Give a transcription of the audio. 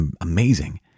Amazing